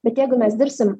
bet jeigu mes dirbsim